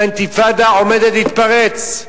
שהאינתיפאדה עומדת להתפרץ,